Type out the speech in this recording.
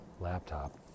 laptop